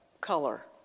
color